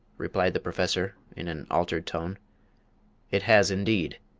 replied the professor, in an altered tone it has indeed.